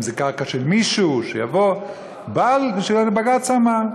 אם זו קרקע של מישהו, שיבוא, בג"ץ אמר.